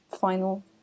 final